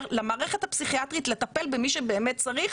למערכת הפסיכיאטרית לטפל במי שבאמת צריך,